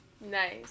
Nice